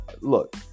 Look